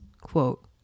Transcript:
quote